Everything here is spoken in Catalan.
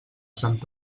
sant